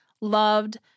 loved